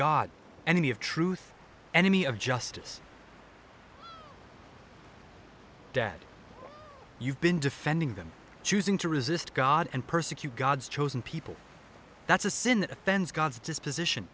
any of truth enemy of justice dead you've been defending them choosing to resist god and persecute god's chosen people that's a sin that offends god's disposition